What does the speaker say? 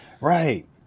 Right